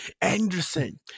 Anderson